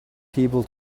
people